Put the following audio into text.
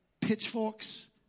pitchforks